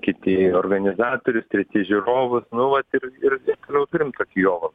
kiti organizatorius treti žiūrovus nu vat ir ir ir toliau turim tokį joval